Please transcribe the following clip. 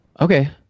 Okay